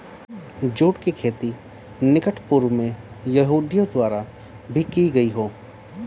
जुट की खेती निकट पूर्व में यहूदियों द्वारा भी की गई हो